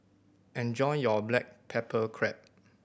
enjoy your black pepper crab